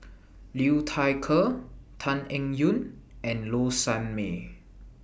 Liu Thai Ker Tan Eng Yoon and Low Sanmay